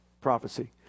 prophecy